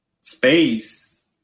space